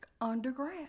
underground